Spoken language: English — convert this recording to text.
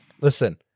Listen